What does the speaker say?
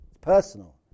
Personal